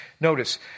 Notice